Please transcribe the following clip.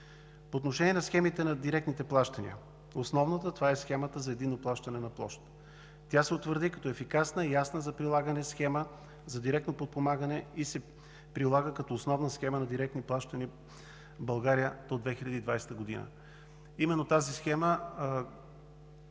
По отношение на схемите на директните плащания. Основна е схемата за единно плащане на площ. Тя се утвърди като ефикасна и ясна за прилагане схема за директно подпомагане. Прилага се като основна схема на директни плащания в България до 2020 г. Именно тази схема комулира